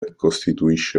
costituisce